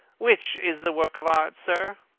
which is the work of art, sir?